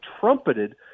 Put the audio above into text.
trumpeted